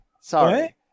Sorry